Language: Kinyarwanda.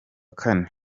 kane